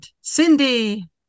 Cindy